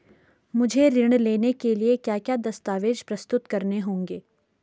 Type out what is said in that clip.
मुझे ऋण लेने के लिए क्या क्या दस्तावेज़ प्रस्तुत करने होंगे?